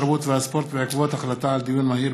התרבות והספורט בעקבות דיון מהיר